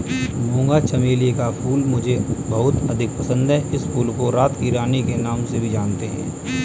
मूंगा चमेली का फूल मुझे बहुत अधिक पसंद है इस फूल को रात की रानी के नाम से भी जानते हैं